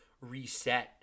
reset